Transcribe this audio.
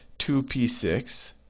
2p6